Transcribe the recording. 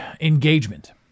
engagement